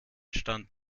stand